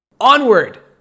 Onward